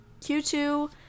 Q2